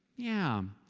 yeah.